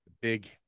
big